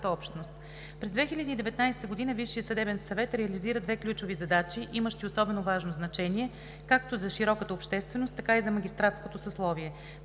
През 2019 г. Висшият съдебен съвет реализира две ключови задачи, имащи особено важно значение, както за широката общественост, така и за магистратското съсловие.